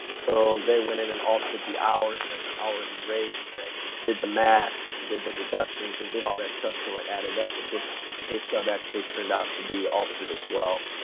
so they went in and altered the hours and an hourly rate and then did the math and did the deductions and did all that stuff so it added up, but this pay stub actually turned out to be altered as well.